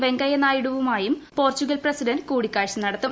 വെങ്കയ്യ നായിഡുവുമായും Portugal president കൂടിക്കാഴ്ച നടത്തും